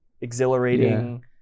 exhilarating